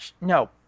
no